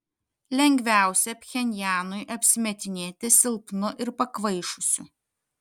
lengviausia pchenjanui apsimetinėti silpnu ir pakvaišusiu